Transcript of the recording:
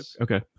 Okay